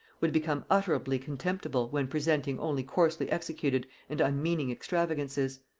would become utterly contemptible when presenting only coarsely executed and unmeaning extravagances.